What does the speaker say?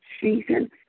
season